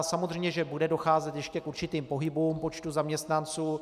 Samozřejmě, že bude docházet ještě k určitým pohybům počtu zaměstnanců.